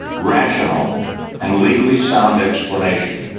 rational and legally sound explanation.